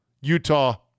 Utah